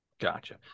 Gotcha